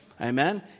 Amen